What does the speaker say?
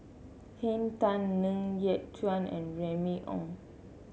Henn Tan Ng Yat Chuan and Remy Ong